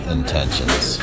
intentions